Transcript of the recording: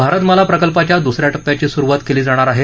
भारतमाला प्रकल्पाच्या दुस या टप्प्याची सुरुवात केली जाणार आहे